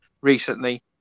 recently